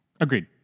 Agreed